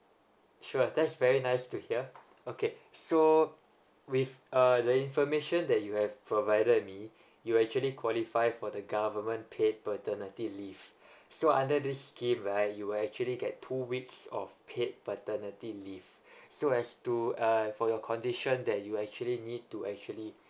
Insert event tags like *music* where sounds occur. sure that's very nice to hear okay so with uh the information that you have provided me you actually qualify for the government paid paternity leave *breath* so under this scheme right you'll actually get two weeks of paid paternity leave *breath* so as to uh for your condition that you actually need to actually